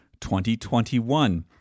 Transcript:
2021